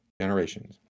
generations